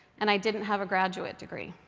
and i didn't have a graduate degree.